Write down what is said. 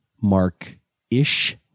mark-ish